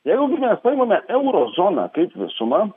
jeigu mes paimame euro zoną kaip visumą